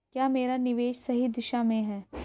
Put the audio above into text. क्या मेरा निवेश सही दिशा में है?